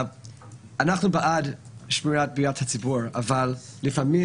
אנחנו בעד שמירת בריאות הציבור אבל לפעמים